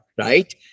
right